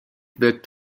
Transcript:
wirkt